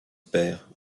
père